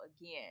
again